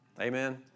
Amen